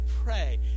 pray